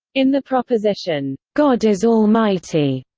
in the proposition, god is almighty,